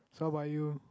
so while you